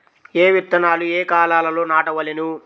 ఏ విత్తనాలు ఏ కాలాలలో నాటవలెను?